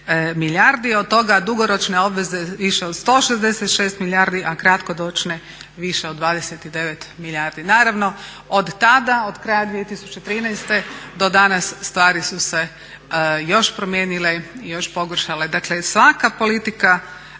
milijardi od toga dugoročne obveze više od 166 milijardi a kratkoročne više od 29 milijardi. Naravno od tada, od kraja 2013. do danas stvari su se još promijenili i još pogoršale. Dakle, svaka politika